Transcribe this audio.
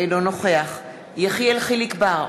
אינו נוכח יחיאל חיליק בר,